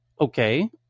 Okay